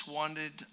wanted